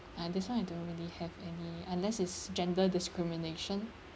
ah this [one] I don't really have any unless it's gender discrimination